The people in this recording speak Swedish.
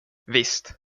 visst